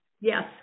Yes